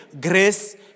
grace